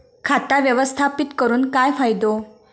खाता व्यवस्थापित करून काय फायदो?